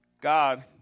God